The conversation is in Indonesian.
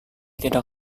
tidak